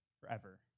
forever